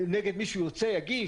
נגד מי שהוא ירצה, יגיש.